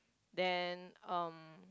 then um